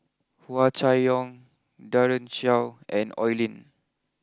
Hua Chai Yong Daren Shiau and Oi Lin